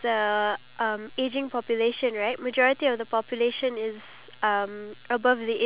you see all of this is all cater due to the fact that singapore is a um